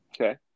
Okay